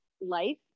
life